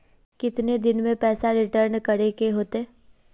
कितने दिन में पैसा रिटर्न करे के होते?